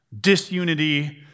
disunity